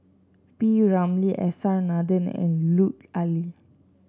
P Ramlee S R Nathan and Lut Ali